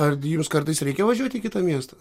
ar jums kartais reikia važiuot į kitą miestą